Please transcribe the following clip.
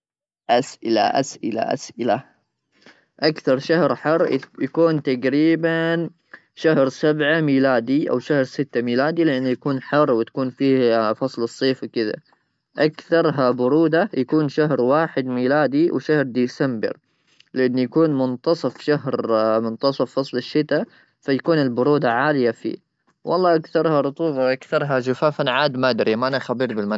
اسئله اسئله اسئله اسئله اسئله اسئله اكثر شهر حر يكون تقريبا شهر سبعه ميلادي ,او شهر سته ميلادي ,لانه يكون حر وتكون فيه فصل الصيف وكذا اكثرها بروده يكون شهر واحد ميلادي وشهر ديسمبر لان يكون منتصف شهر منتصف فصل الشتاء فيكون البروده عاليه في والله اكثرها رطوبه واكثرها جفافا عاد ما ادري ما انا خبير بالمناخ.